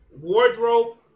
wardrobe